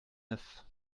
neuf